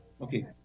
Okay